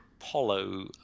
Apollo